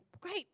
great